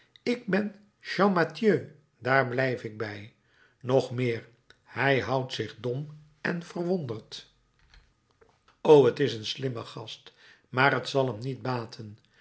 ik ben champmathieu daar blijf ik bij nog meer hij houdt zich dom en verwonderd o t is een slimme gast maar t zal hem niet baten